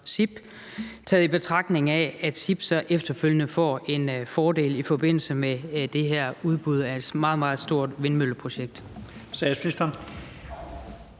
CIP, i betragtning af at CIP så efterfølgende får en fordel i forbindelse med det her udbud af et meget, meget stort vindmølleprojekt?